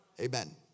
Amen